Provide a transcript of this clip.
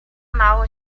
mało